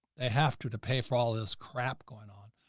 they have to, to pay for all this crap going on.